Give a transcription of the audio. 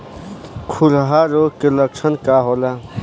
खुरहा रोग के लक्षण का होला?